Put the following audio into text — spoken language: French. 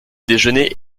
déjeuner